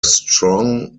strong